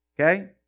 Okay